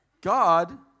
God